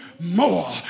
more